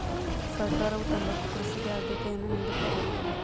ಸರ್ಕಾರವು ತಂಬಾಕು ಕೃಷಿಗೆ ಆದ್ಯತೆಯನ್ನಾ ನಿಡುತ್ತಾ ಬಂದಿದೆ